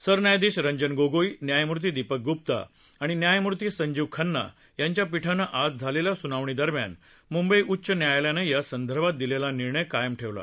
सरन्यायाधीश रंजन गोगोई न्यायमूर्ती दीपक ग्प्ता आणि न्यायमूर्ती संजीव खन्ना यांच्या पीठानं आज झालेल्या स्नावणी दरम्यान म्ंबई उच्च न्यायालयानं या संदर्भात दिलेला निर्णय कायम ठेवला